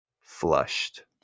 flushed